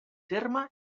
terme